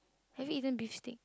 have you eaten beef steak